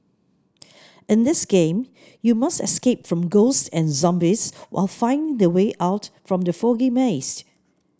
in this game you must escape from ghosts and zombies while finding the way out from the foggy maze